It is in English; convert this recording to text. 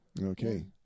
Okay